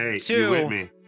two